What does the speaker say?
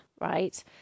right